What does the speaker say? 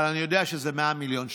אבל אני יודע שזה 100 מיליון שקלים.